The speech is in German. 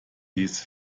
des